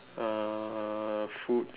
uh food